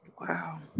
Wow